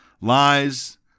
Lies